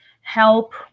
help